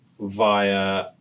via